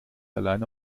alleine